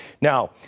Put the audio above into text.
Now